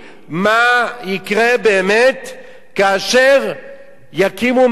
מה יקרה כאשר יקימו מאהלים,